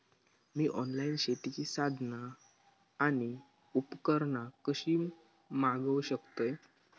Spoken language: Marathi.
मी ऑनलाईन शेतीची साधना आणि उपकरणा कशी मागव शकतय?